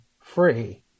free